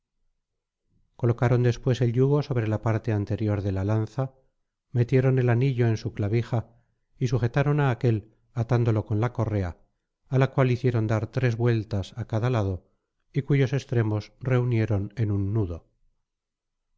colocaron después el yugo sobre la parte anterior de la lanza metieron el anillo en su clavija y sujetaron á aquél atándolo con la correa á la cual hicieron dar tres vueltas á cada lado y cuyos extremos reunieron en un nudo